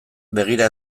begira